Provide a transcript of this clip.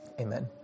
Amen